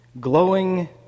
glowing